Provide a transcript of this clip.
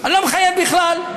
אני לא מחייב בכלל.